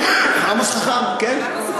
עמוס חכם, כן.